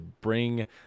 bring